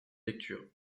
lecture